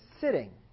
sitting